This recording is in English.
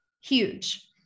huge